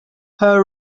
her